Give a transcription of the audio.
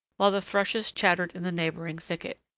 while the thrushes chattered in the neighboring thicket,